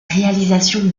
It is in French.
réalisation